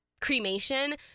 Cremation